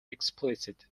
explicit